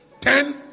Ten